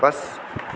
बस